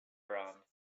around